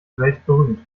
weltberühmt